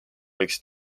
võiks